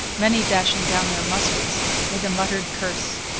many dashing down their muskets with a muttered curse.